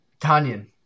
Tanyan